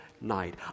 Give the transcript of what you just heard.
night